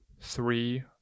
three